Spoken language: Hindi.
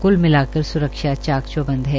कुल मिलाकर सुरक्षा चाक चौबंद है